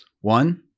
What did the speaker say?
One –